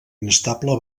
inestable